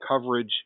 coverage